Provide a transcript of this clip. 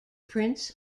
prince